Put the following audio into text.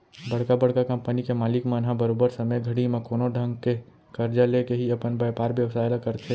बड़का बड़का कंपनी के मालिक मन ह बरोबर समे घड़ी म कोनो ढंग के करजा लेके ही अपन बयपार बेवसाय ल करथे